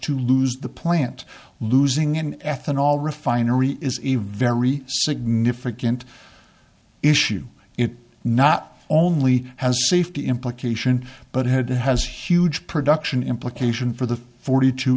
to lose the plant losing an ethanol refinery is a very significant issue it not only has safety implication but had has huge production implication for the forty two